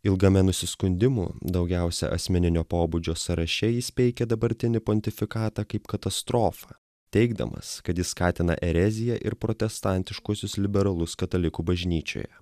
ilgame nusiskundimų daugiausia asmeninio pobūdžio sąraše jis peikė dabartinį pontifikatą kaip katastrofą teigdamas kad jis skatina ereziją ir protestantiškuosius liberalus katalikų bažnyčioje